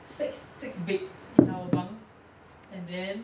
six six beds in our bunk and then